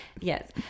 yes